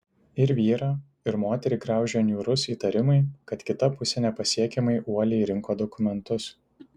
ir vyrą ir moterį graužia niūrus įtarimai kad kita pusė nepakankamai uoliai rinko dokumentus